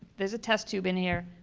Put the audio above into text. there's a test tube in here,